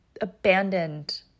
abandoned